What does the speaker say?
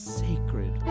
sacred